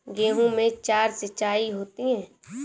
गेहूं में चार सिचाई होती हैं